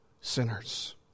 sinners